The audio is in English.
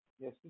Yes